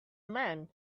man